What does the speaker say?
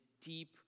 deep